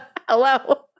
Hello